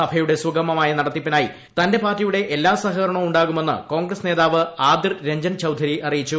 സഭയുടെ സുഗമമായ നടത്തിപ്പിനായി തന്റെ പാർട്ടിയുടെ എല്ലാ സഹകരണവും ഉണ്ടാകുമെന്ന് കോൺഗ്രസ് നേതാവ് ആദിർ രഞ്ജൻ ചൌധരി അറിയിച്ചു